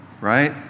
right